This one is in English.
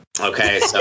Okay